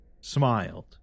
smiled